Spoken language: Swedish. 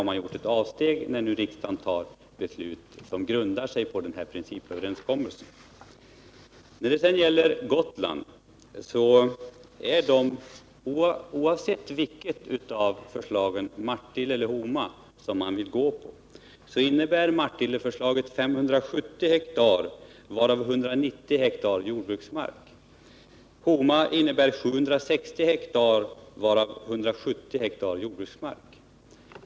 Man har gjort ett avsteg när nu riksdagen tar ett beslut som När det sedan gäller markalternativen på Gotland så innebar Martille 570 Onsdagen den hektar, varav 190 hektar jordbruksmark. Homa innebar 760 hektar, varav 170 6 december 1978 hektar jordbruksmark.